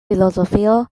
filozofio